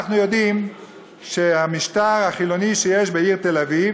אנחנו יודעים שהמשטר החילוני שיש בעיר תל-אביב